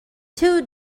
two